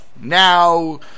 now